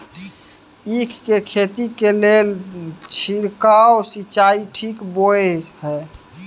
ईख के खेती के लेल छिरकाव सिंचाई ठीक बोय ह?